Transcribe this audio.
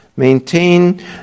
Maintain